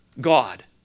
God